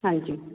ਹਾਂਜੀ